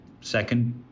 second